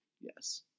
yes